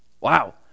Wow